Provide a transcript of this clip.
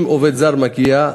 אם עובד זר מגיע,